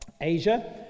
Asia